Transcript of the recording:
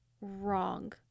wrong